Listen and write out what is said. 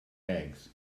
eggs